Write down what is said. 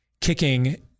kicking